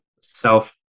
self